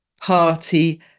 Party